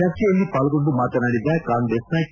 ಚರ್ಚೆಯಲ್ಲಿ ಪಾಲ್ಗೊಂಡು ಮಾತನಾಡಿದ ಕಾಂಗ್ರೆಸ್ನ ಕೆ